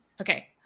Okay